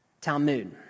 Talmud